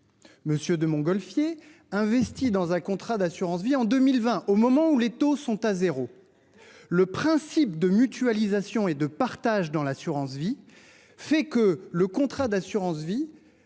Monsieur de Montgolfier investi dans un contrat d'assurance-vie en 2020 au moment où les taux sont à zéro. Le principe de mutualisation et de partage dans l'assurance-vie fait que le contrat d'assurance vie